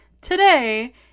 today